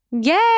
yay